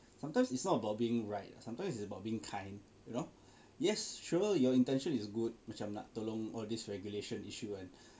sometimes it's not about being right sometimes it's about being kind you know yes sure your intention is good macam nak tolong all these regulation issue ah